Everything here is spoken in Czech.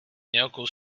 nějakou